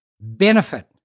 benefit